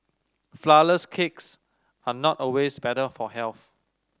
flourless cakes are not always better for health